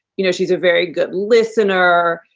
you know, she's a very good listener.